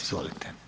Izvolite.